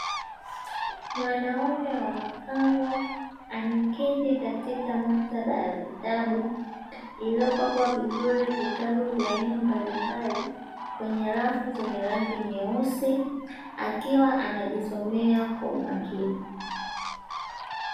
Mwanaume wa makamo ameketi katika maktaba ya vitabu, ilivyopangwa vizuri vitabu vya aina mbalimbali kwenye rafu nyeusi akiwa anajisomea kwa umakini.